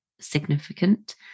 significant